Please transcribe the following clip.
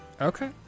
Okay